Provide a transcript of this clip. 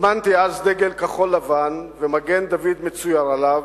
הזמנתי אז דגל כחול-לבן ומגן-דוד מצויר עליו.